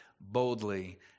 boldly